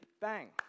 bang